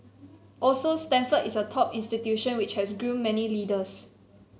also Stanford is a top institution which has groomed many leaders